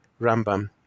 Rambam